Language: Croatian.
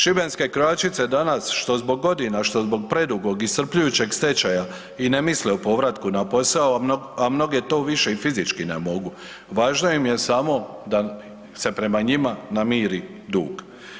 Šibenske krojačice danas što zbog godina, što zbog predugog iscrpljujućeg stečaja i ne misle o povratku na posao, a mnoge to više i fizički ne mogu, važno im je samo da se prema njima namiri dug.